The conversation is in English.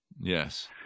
Yes